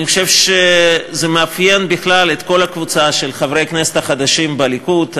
אני חושב שזה מאפיין בכלל את כל הקבוצה של חברי הכנסת החדשים בליכוד.